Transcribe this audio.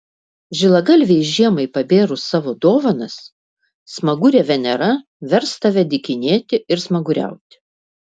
žilagalvei žiemai pabėrus savo dovanas smagurė venera vers tave dykinėti ir smaguriauti